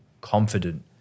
confident